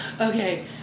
Okay